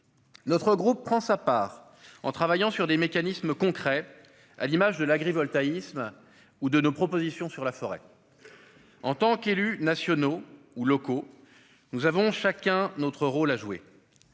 Notre groupe prend sa part de cet effort, en travaillant sur des mécanismes concrets, à l'image de l'agrivoltaïsme ou de nos propositions sur la forêt. En tant qu'élus nationaux ou locaux, nous avons chacun notre rôle à jouer.